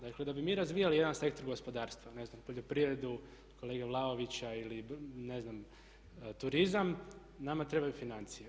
Dakle da bi mi razvijali jedan sektor gospodarstva, ne znam poljoprivredu kolege Vlaovića ili ne znam turizam nama trebaju financije.